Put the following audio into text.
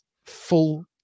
Full